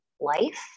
life